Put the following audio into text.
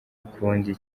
ukundi